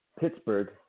Pittsburgh